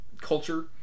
culture